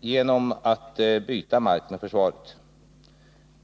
genom att byta mark med försvaret.